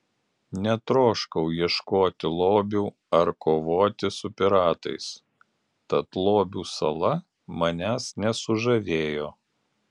netroškau ieškoti lobių ar kovoti su piratais tad lobių sala manęs nesužavėjo